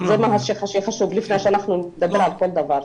זה מה שחשוב לפני שאנחנו נדבר על כל דבר.